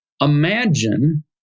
Imagine